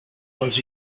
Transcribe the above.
was